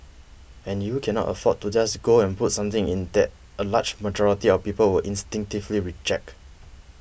and you cannot afford to just go and put something in that a large majority of people will instinctively reject